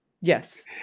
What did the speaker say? Yes